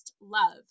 love